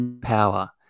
power